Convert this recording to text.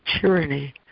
tyranny